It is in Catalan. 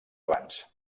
abans